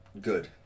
good